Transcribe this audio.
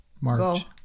march